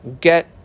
get